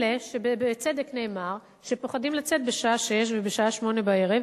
אלה שבצדק נאמר שהם פוחדים לצאת בשעה 18:00 או בשעה 20:00,